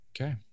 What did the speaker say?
Okay